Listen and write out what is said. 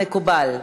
מקובל.